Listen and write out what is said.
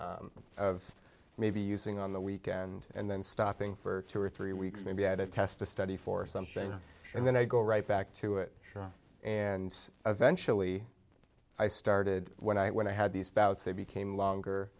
s of maybe using on the weekend and then stopping for two or three weeks maybe i had a test to study for something and then i go right back to it and eventually i started when i when i had these bouts they became longer